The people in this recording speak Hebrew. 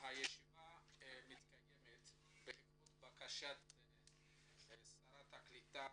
הישיבה מתקיימת בעקבות בקשת שרת הקליטה